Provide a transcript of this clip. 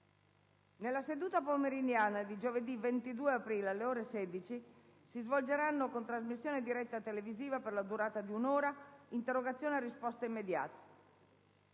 Nella seduta pomeridiana di giovedì 22 aprile, alle ore 16, si svolgeranno, con trasmissione diretta televisiva per la durata di un'ora, interrogazioni a risposta immediata.